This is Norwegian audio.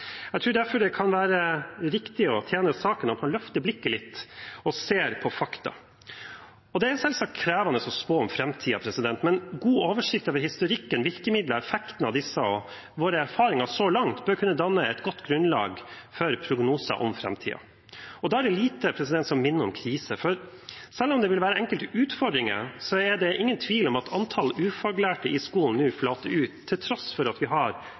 Jeg tror derfor det kan være riktig, og tjene saken, at man løfter blikket litt og ser på fakta. Det er selvsagt krevende å spå om framtiden, men god oversikt over historikken, virkemidler, effekten av disse og våre erfaringer så langt bør kunne danne et godt grunnlag for prognoser om framtiden. Og da er det lite som minner om en krise, for selv om det vil være enkelte utfordringer, er det ingen tvil om at antallet ufaglærte i skolen nå flater ut – til tross for at rekordmange lærere tar videreutdanning, noe som naturlig vil kreve at vi har